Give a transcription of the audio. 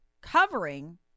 covering